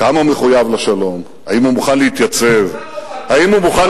כמה הוא מחויב לשלום, האם הוא מוכן להתייצב, מוכן.